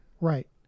right